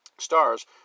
stars